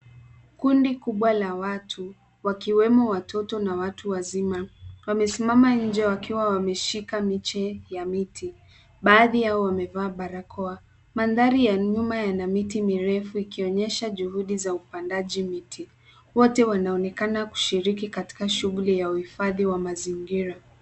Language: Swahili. Kundi kubwa la watu wakiwemo watoto na watu wazima, wamesimama nje wakiwa wameshika miche ya miti; baadhi yao wamevaa barakoa. Mandhari ya nyuma yana miti mirefu ikionyesha juhudi za upandaji miti. Wote wanaonekana kushiriki katika shughuli ya uhifadhi wa mazingira.